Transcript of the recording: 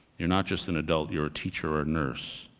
you're not just an adult, you're a teacher or a nurse.